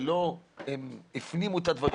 והם לא הפנימו את הדברים,